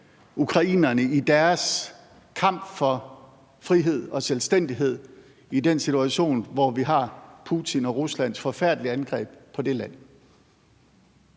ukrainerne i deres kamp for frihed og selvstændighed i den situation, hvor vi har Putin og Ruslands forfærdelige angreb på dette land.